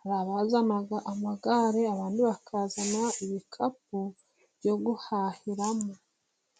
Hari abazana amagare, abandi bakazana ibikapu byo guhahiramo.